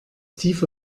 tiefe